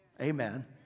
Amen